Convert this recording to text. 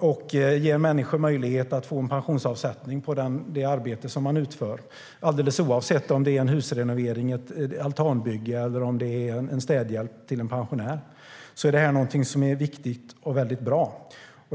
som ger människor möjlighet att få en pensionsavsättning på det arbete man utför. Alldeles oavsett om det är en husrenovering, ett altanbygge eller städhjälp till en pensionär är det här någonting som är viktigt och väldigt bra.